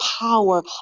power